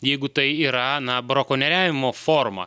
jeigu tai yra na brakonieriavimo forma